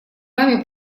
вами